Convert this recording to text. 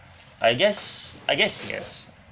I guess I guess yes